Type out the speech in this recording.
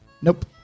Nope